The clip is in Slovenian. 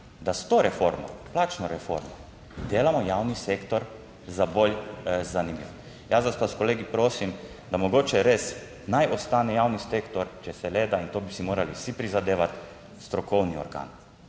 da s to reformo, plačno reformo delamo javni sektor za bolj zanimiv. Jaz vas pa s kolegi prosim, da mogoče res naj ostane javni sektor, če se le da, in to bi si morali vsi prizadevati, strokovni organ